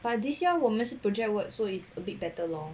but this year 我们是 project work so it's a bit better lor